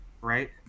right